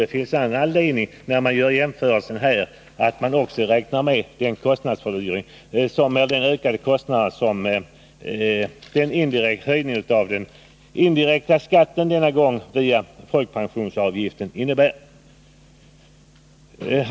Det finns all anledning att också räkna med den ökning av kostnaderna som en höjning av den indirekta skatten — denna gång via folkpensionsavgiften — innebär.